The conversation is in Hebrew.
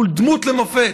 הוא דמות מופת,